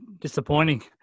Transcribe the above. disappointing